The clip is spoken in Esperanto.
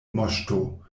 moŝto